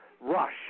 rush